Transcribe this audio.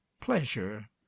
pleasure